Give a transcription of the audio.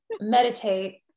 meditate